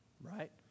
Right